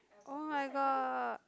oh-my-god